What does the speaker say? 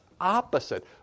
opposite